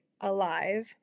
alive